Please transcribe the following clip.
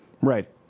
Right